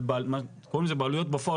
קוראים לזה בעלויות בפועל,